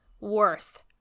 worth